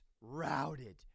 routed